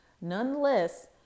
nonetheless